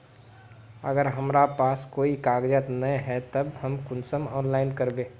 अगर हमरा पास कोई कागजात नय है तब हम कुंसम ऑनलाइन करबे?